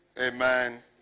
Amen